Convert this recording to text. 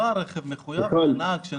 לא הרכב מחויב אלא הנהג.